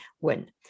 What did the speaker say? win